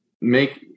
make